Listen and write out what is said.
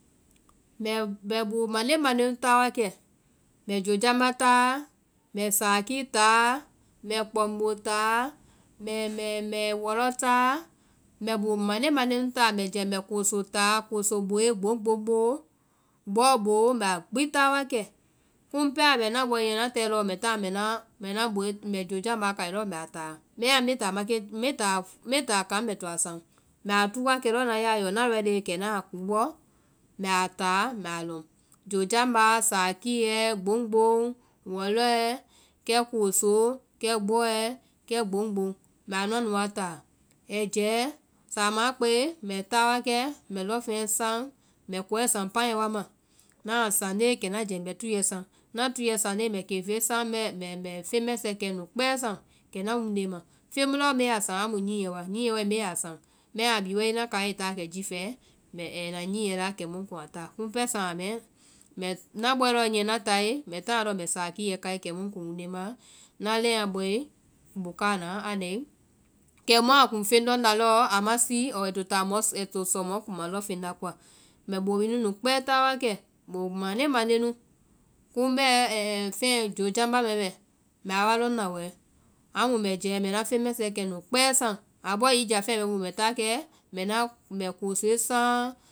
Mbɛ bóo mande mande nu táá wakɛ, mbɛ joojambá táá, mbɛ sákíi táá, mbɛ kpɔŋbóo táá, mbɛ wɔlɔ táá, mbɛ bóo mande mande nu táá, mbɛ jɛɛ mbɛ kooso táá, kooso bóe, gboŋgboŋ bóo, gbɔɔ bóo mbɛ a gbi táá wakɛ. Kumu pɛɛ a bɛ ŋna bɔe niyɛ ŋna táe lɔɔ mbɛ táa na mbɛ ŋna mbɛ joojambá táa mbɛ a lɔŋ. Bɛmaã mbɛ táa mbe táa kaŋ mbɛ to a saŋ, mbɛ a túu wakɛ lɔɔ ŋna yayɛɔ ŋna ready kɛ ŋna a kúubɔ mbɛ a táá mbɛ a lɔŋ, joojambá, sáakíiɛ, gboŋgboŋ, wɔlɔɛ, kɛ kooso, kɛ gbɔɛ, kɛ gboŋgboŋ mbɛ a nuã nu wa táá. ɛi jɛɛ, saamã a kpɛe mbɛ táa wakɛ mbɛ lɔŋfeŋɛ saŋ, mbɛ kɔɛ saŋ paiɛ wa ma, ŋna a saŋnde kɛ ŋna jɛɛ mbɛ túuɛ saŋ, ŋna túuɛ saŋnde mbɛ kéefee saŋ mbɛ feŋmɛsɛɛ kɛnu kpɛɛ saŋ, kɛ ŋna wonde ma, feŋ mu lɔɔ ŋ bee a saŋ aa mu nyiɛ wa. nyiɛ wae mbe i saŋ, bɛmaã a bhii wae ŋna kaiɛ i táa wakɛ jifɛ ai na nyiɛ la kɛmu ŋ kuŋ a táá. Kumu pɛɛ saama mɛɛ ŋna bɔe niɛ ŋna táe, mbɛ táana lɔɔ mbɛ sákíiɛ kai kɛmu ŋkuŋ wunde maã, kɛmu ŋna leŋɛ a bɔe kpoo káa naa a nae ama síi ɔɔ ai to táa ai sɔ mɔ kuma lɔŋfeŋ la koa. Mbɛ boo bhii nunu kpɛɛ táá wakɛ, boo mande mande nu, kumu bɛɛ fɛɛ joojambá mɛɛ bɛ, mbɛ a wa lɔŋ na wɛɛ, amu mbɛ jɛɛ mbɛ ŋna feŋmɛsɛɛ nu kpɛɛ saŋ, a bɔɔ hiŋi jáfeŋɛ bɛ ŋ boo mbɛ táá wakɛ mbɛ ŋna- mbɛ koosoe saŋ